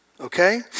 Okay